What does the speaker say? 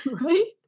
Right